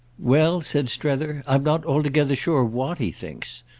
well, said strether, i'm not altogether sure what he thinks.